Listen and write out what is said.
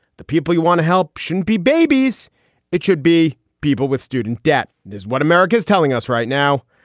the people who want to help shouldn't be babies it should be people with student debt is what america is telling us right now.